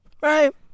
Right